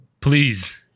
please